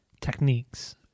techniques